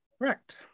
Correct